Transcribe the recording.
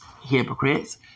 hypocrites